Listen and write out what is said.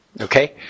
Okay